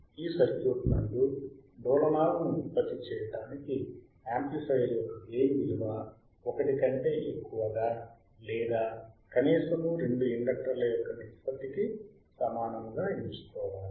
ఈ సర్క్యూట్ నందు డోలనాలను ఉత్పత్తి చేయుటకు యామ్ప్లిఫయర్ యొక్క గెయిన్ విలువ 1 కంటే ఎక్కువ గా లేదా కనీసము రెండు ఇండక్టర్ల యొక్క నిష్పత్తి కి సమానముగా ఎంచుకోవాలి